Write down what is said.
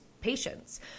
patients